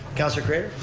councilor craitor?